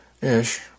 Ish